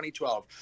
2012